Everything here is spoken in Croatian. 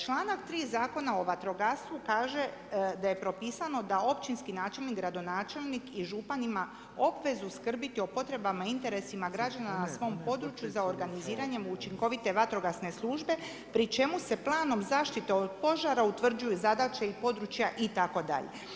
Članak 3. Zakona o vatrogastvu kaže da je propisano da općinski načelnik, gradonačelnik i župan ima obvezu skrbiti o potrebama i interesima građana na svom području za organiziranjem učinkovite vatrogasne službe pri čemu se planom zaštite od požara utvrđuju zadaće i područja itd.